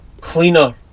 cleaner